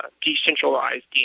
decentralized